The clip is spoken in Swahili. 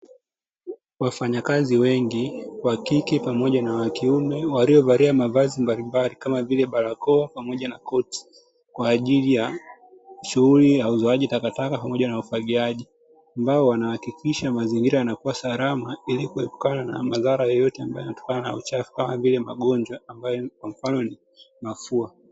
Wafanyakazi wengi wa kike pamoja na wa kiume, waliovalia mavazi mbalimbali kama vile barakoa pamoja na koti kwa ajili ya shughuli ya uzaoaji na ufagiaji takataka, ambao wanahakikisha mazingira yanakuwa salama ili kuondokana na madhara mbalimbali yanayotokana na uchafu, kama vile magonjwa, kwa mfano mafua.